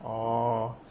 orh